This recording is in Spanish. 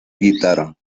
guitarra